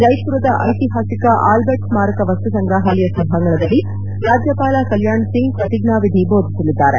ಜೈಪುರದ ಐತಿಹಾಸಿಕ ಆಲ್ಲರ್ಟ್ ಸ್ನಾರಕ ವಸ್ತುಸಂಗ್ರಹಾಲಯ ಸಭಾಂಗಣದಲ್ಲಿ ರಾಜ್ಲಪಾಲ ಕಲ್ಲಾಣ್ಸಿಂಗ್ ಶ್ರತಿಜ್ವಾವಿಧಿ ಬೋಧಿಸಲಿದ್ದಾರೆ